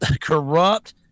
corrupt